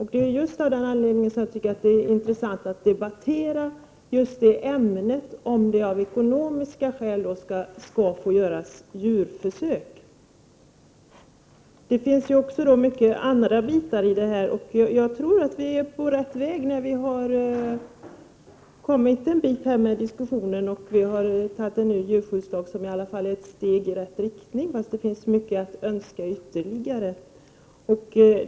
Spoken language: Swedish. Det är av den anledningen jag tycker att det är viktigt att ta upp frågan om djurförsök skall få göras av ekonomiska skäl. Det finns också många andra bitar i detta. Jag tror att vi är på rätt väg. Vi har kommit en bit i diskussionen och fattat beslut om en ny djurskyddslag, som i alla fall kan bli ett steg i rätt riktning. Det finns dock mycket att önska ytterligare.